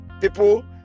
people